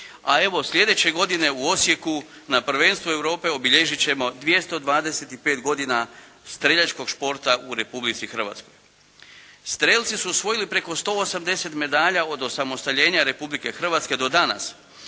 a evo sljedeće godine u Osijeku na prvenstvu Europe obilježiti ćemo 225 godina streljačkog športa u Republici Hrvatskoj. Strijelci su osvojili preko 180 medalja od osamostaljenja Republike Hrvatske do danas,